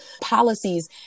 Policies